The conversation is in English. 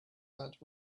that